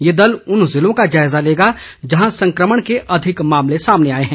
ये दल उन ज़िलों का जायज़ा लेगा जहां संक्रमण के अधिक मामले सामने आए हैं